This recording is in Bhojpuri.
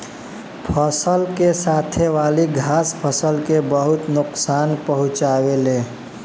फसल के साथे वाली घास फसल के बहुत नोकसान पहुंचावे ले